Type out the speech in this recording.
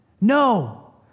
No